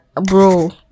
Bro